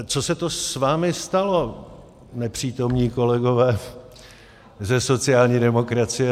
Co se to s vámi stalo, nepřítomní kolegové ze sociální demokracie?